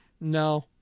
no